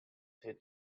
hit